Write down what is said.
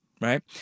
Right